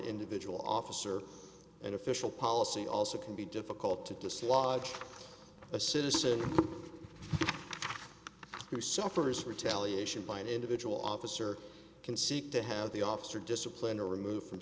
individual officer an official policy also can be difficult to dislodge a citizen who suffers retaliation by an individual officer can seek to have the officer disciplined or removed from